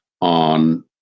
on